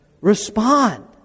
Respond